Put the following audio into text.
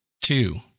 two